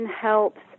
helps